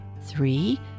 three